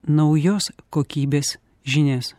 naujos kokybės žinias